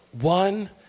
one